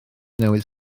newydd